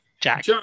Jack